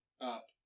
up